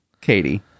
Katie